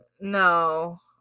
No